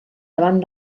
davant